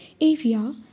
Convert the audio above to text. area